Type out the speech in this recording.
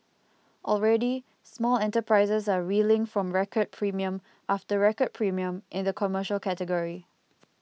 already small enterprises are reeling from record premium after record premium in the commercial category